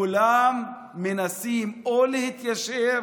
כולם מנסים או להתיישר